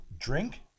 drink